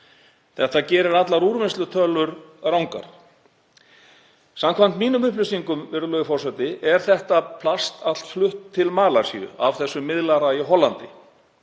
Það gerir allar úrvinnslutölur rangar. Samkvæmt mínum upplýsingum, virðulegur forseti, er allt þetta plast flutt til Malasíu af þessum miðlara í Hollandi.